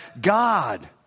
God